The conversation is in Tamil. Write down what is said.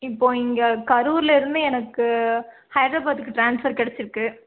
இப்போது இங்கே கரூர்லிருந்து எனக்கு ஹைத்ராபாத்துக்கு ட்ரான்ஸ்ஃபர் கிடச்சிருக்கு